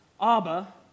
Abba